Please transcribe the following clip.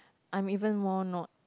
I'm even more not